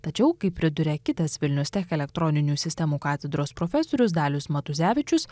tačiau kaip priduria kitas vilnius tech elektroninių sistemų katedros profesorius dalius matuzevičius